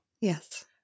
Yes